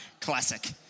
classic